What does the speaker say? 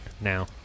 now